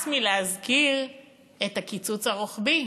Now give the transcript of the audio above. הס מלהזכיר את הקיצוץ הרוחבי,